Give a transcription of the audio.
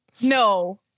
no